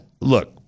look